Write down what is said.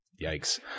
yikes